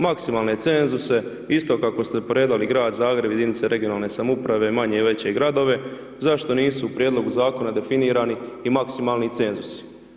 Maksimalne cenzuse, isto kako ste predali Grad Zagreb, jedinice regionalne samouprave, manje i veće gradove, zašto nisu u prijedlogu Zakona definirani i maksimalni cenzusi?